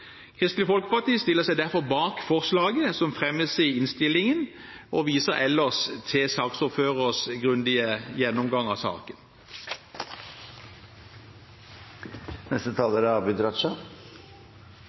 Kristelig Folkeparti stiller seg derfor bak det forslaget til vedtak som fremmes i innstillingen, og viser ellers til saksordførerens grundige gjennomgang av saken.